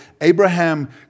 Abraham